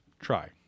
Try